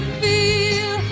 feel